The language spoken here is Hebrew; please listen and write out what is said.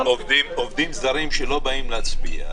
עובדים זרים שלא באים להצביע,